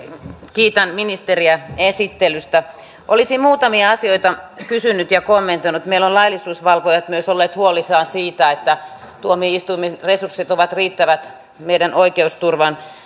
kiitän ministeriä esittelystä olisin muutamia asioita kysynyt ja kommentoinut meillä ovat laillisuusvalvojat myös olleet huolissaan siitä että tuomioistuimien resurssit ovat riittävät meidän oikeusturvan